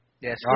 Yes